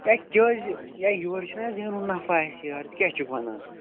ہے کیٛہوزِ ہے یورٕ چھُنا زینُن نَفع اَسہِ یارٕ ژٕ کیٛاہ چھُکھ وَنان